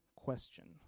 question